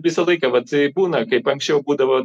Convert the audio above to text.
visą laiką vat būna kaip anksčiau būdavo